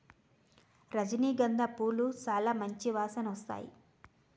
రజనీ గంధ పూలు సాలా మంచి వాసనొత్తాయి